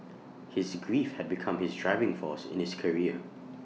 his grief had become his driving force in his career